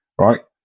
right